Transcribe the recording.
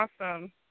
awesome